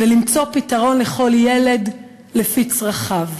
למצוא פתרון לכל ילד לפי צרכיו.